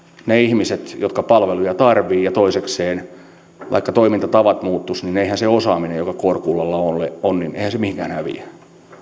ne ihmiset jotka palveluja tarvitsevat ja toisekseen vaikka toimintatavat muuttuisivat niin eihän se osaaminen joka kårkullalla on mihinkään häviä